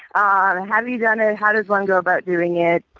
ah and and have you done it? how does one go about doing it?